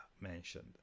mentioned